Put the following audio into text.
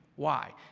why?